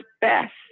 best